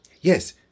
Yes